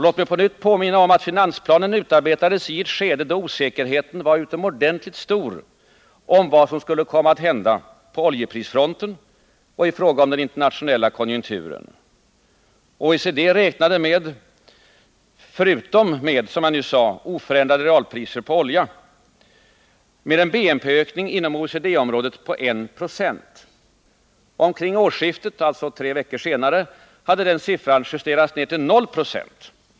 Låt mig på nytt få påminna om att finansplanen utarbetades i ett skede då osäkerheten var utomordentligt stor om vad som skulle komma att hända på oljeprisfronten och i fråga om den internationella konjunkturen. OECD räknade förutom med — som jag nyss sade — oförändrade priser på olja med en BNP-ökning inom OECD-området på 1 70. Omkring årsskiftet, alltså tre veckor senare, hade den siffran justerats ned till noll procent.